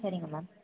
சரிங்க மேம்